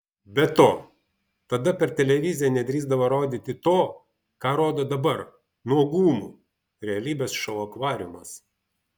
be to tada per televiziją nedrįsdavo rodyti to ką rodo dabar nuogumų realybės šou akvariumas